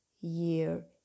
year